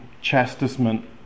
chastisement